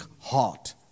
heart